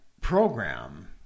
program